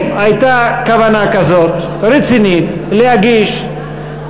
אם הייתה כוונה כזאת, רצינית, להגיש,